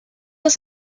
las